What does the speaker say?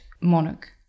monarch